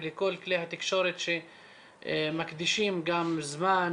ולכל כלי התקשורת שמקדישים גם זמן